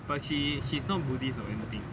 but she she not buddhist or anything